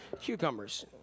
Cucumbers